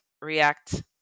React